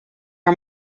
are